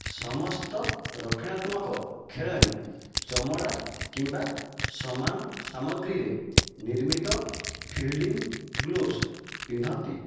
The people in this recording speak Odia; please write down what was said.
ସମସ୍ତ ରକ୍ଷଣାତ୍ମକ ଖେଳାଳି ଚମଡା କିମ୍ବା ସମାନ ସାମଗ୍ରୀରେ ନିର୍ମିତ ଫିଲ୍ଡିଂ ଗ୍ଲୋଭସ୍ ପିନ୍ଧନ୍ତି